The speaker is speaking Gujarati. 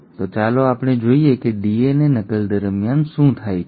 તો ચાલો આપણે જોઈએ કે ડીએનએ નકલ દરમિયાન શું થાય છે